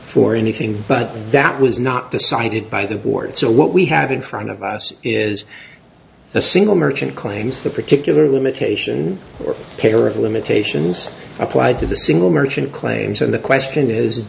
for anything but that was not decided by the board so what we have in front of us is a single merchant claims the particular limitation or payer of limitations applied to the single merchant claims and the question is